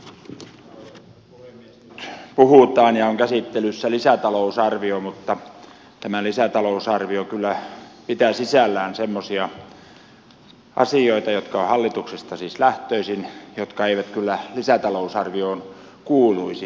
nyt puhutaan lisätalousarviosta ja se on käsittelyssä mutta tämä lisätalousarvio kyllä pitää sisällään semmoisia asioita jotka ovat hallituksesta siis lähtöisin mutta jotka eivät kyllä lisätalousarvioon kuuluisi